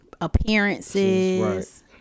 appearances